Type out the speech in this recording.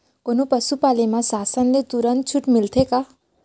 कोनो पसु पाले म शासन ले तुरंत छूट मिलथे का?